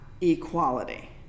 equality